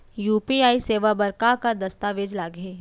UPI सेवा बर का का दस्तावेज लागही?